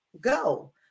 go